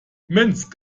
minsk